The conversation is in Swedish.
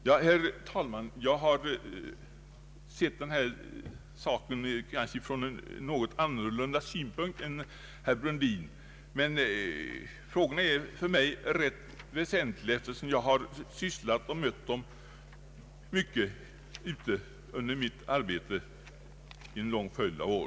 Jag har, herr talman, kanske sett dessa frågor från en något annorlunda synpunkt än herr Brundin. Frågorna är för mig rätt väsentliga, eftersom jag ofta har mött dem i mitt arbete under en lång följd av år.